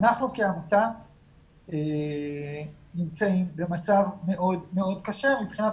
אנחנו כעמותה נמצאים במצב מאוד מאוד קשה מבחינת